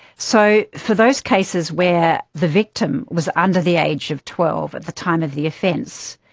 so for those cases where the victim was under the age of twelve at the time of the offence,